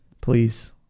please